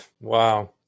Wow